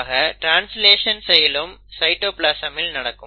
ஆக ட்ரான்ஸ்லேஷன் செயலும் சைட்டோபிளாசமில் நடக்கும்